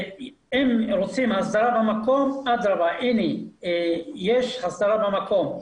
אם רוצים הסדרה במקום, אדרבה, יש הסדרה במקום.